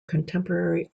contemporary